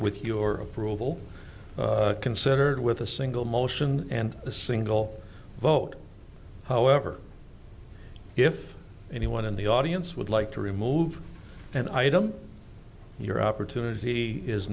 with your approval considered with a single motion and a single vote however if anyone in the audience would like to remove an item your opportunity is